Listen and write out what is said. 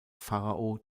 pharao